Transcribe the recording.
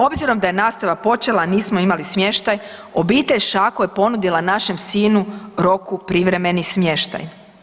Obzirom da je nastava počela nismo imali smještaj, obitelj Šako je ponudila našem sinu Roku privremeni smještaj.